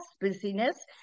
busyness